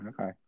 Okay